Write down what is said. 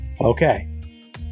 Okay